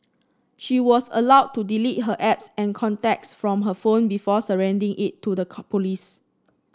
she was allowed to delete her apps and contacts from her phone before surrendering it to the police